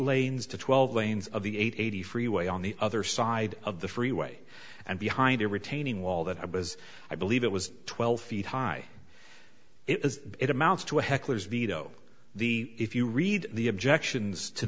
lanes to twelve lanes of the eighty freeway on the other side of the freeway and behind a retaining wall that i was i believe it was twelve feet high it is it amounts to a heckler's veto the if you read the objections to